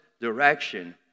direction